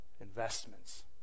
investments